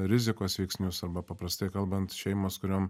rizikos veiksnius arba paprastai kalbant šeimos kuriom